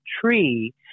tree